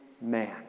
man